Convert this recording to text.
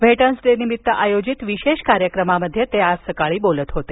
veterans day निमित्त आयोजित विशेष कार्यक्रमात ते आज सकाळी बोलत होते